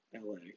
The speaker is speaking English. LA